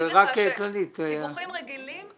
אני יכולה להגיד לך שדיווחים רגילים,